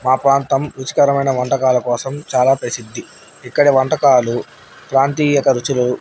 మా ప్రాంతం రుచికరమైన వంటకాల కోసం చాలా ప్రసిద్ధి ఇక్కడ వంటకాలు ప్రాంతీయ రుచులు